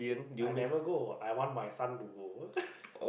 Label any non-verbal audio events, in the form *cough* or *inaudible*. I never go I want my son to go *laughs*